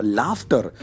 laughter